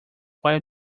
while